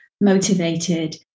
motivated